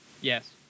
Yes